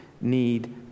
need